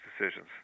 decisions